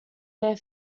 their